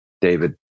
David